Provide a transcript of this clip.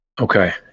Okay